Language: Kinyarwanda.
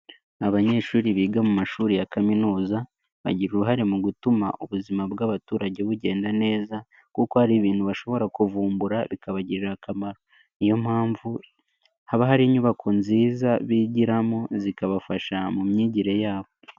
Abanyeshuri biga mu mashuri ya kaminuza bagira uruhare mu gutuma ubuzima bw'abaturage bugenda neza kuko hari ibintu bashobora kuvumbura bikabagirira akamaro niyo mpamvu haba hari inyubako nziza bigiramo zikabafasha mu myigire yabo.